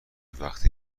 وقتی